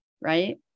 right